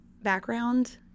background